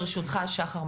ברשותך שחר,